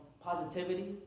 positivity